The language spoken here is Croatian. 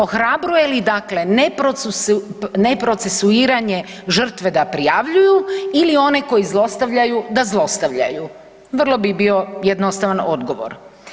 Ohrabruje li dakle neprocesuiranje žrtve da prijavljuju ili one koji zlostavljaju da zlostavljaju, vrlo bi bio jednostavan odgovor.